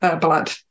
blood